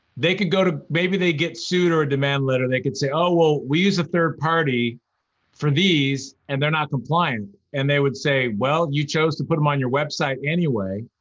they could go to, maybe they get sued or a demand letter, they could say, oh, well we use a third party for these and they're not compliant. and they would say, well, you chose to put them on your website anyway.